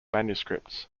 manuscripts